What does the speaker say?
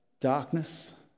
darkness